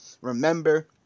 Remember